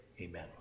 amen